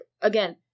again